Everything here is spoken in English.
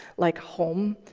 like home.